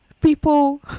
People